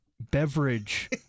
beverage